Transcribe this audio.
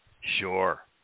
Sure